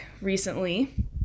recently